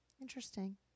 Interesting